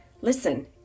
Listen